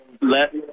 let